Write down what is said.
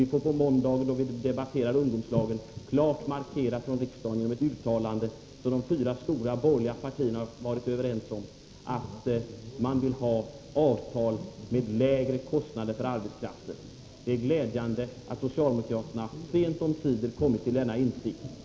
Vi får på måndag, då vi debatterar ungdomslagen, klart markera det genom ett uttalande från riksdagen som de fyra stora partierna varit överens om, om att man vill ha avtal med lägre kostnader för arbetskraften. Det är glädjande att socialdemokraterna sent omsider kommit till denna insikt.